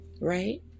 Right